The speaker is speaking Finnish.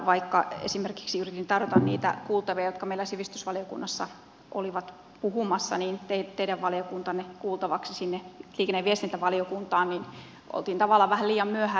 vaikka esimerkiksi yritin tarjota niitä kuultavia jotka meillä sivistysvaliokunnassa olivat puhumassa teidän valiokuntaanne sinne liikenne ja viestintävaliokuntaan kuultavaksi niin olimme tavallaan vähän liian myöhään liikkeellä